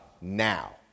Now